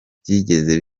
byigeze